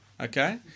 Okay